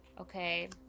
okay